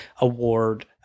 award